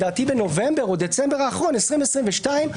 בנובמבר או בדצמבר 2022,